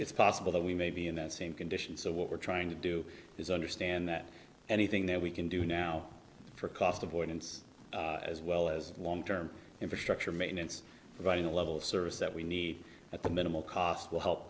it's possible that we may be in that same condition so what we're trying to do is understand that anything that we can do now for cost avoidance as well as long term infrastructure maintenance providing a level of service that we need at the minimal cost will help